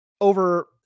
over